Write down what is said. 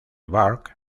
burke